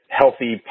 healthy